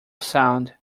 sound